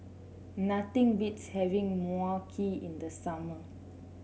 nothing beats having Mui Kee in the summer